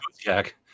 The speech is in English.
Jack